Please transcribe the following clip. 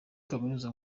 kaminuza